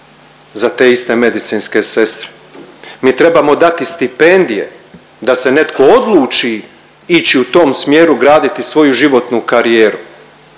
za te iste medicinske sestre, mi trebamo dati stipendije da se netko odluči ići u tom smjeru graditi svoju životnu karijeru.